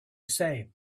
same